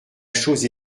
chose